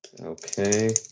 Okay